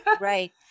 right